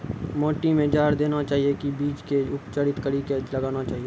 माटी मे जहर देना चाहिए की बीज के उपचारित कड़ी के लगाना चाहिए?